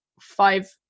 five